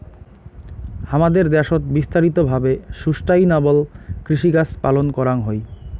হামাদের দ্যাশোত বিস্তারিত ভাবে সুস্টাইনাবল কৃষিকাজ পালন করাঙ হই